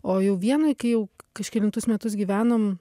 o jau vienoj kai jau kažkelintus metus gyvenom